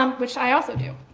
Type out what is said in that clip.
um which i also do.